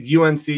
UNC